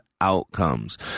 outcomes